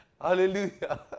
Hallelujah